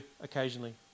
occasionally